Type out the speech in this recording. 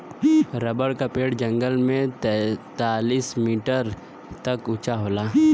rubber क पेड़ जंगल में तैंतालीस मीटर तक उंचा होला